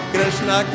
Krishna